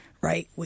right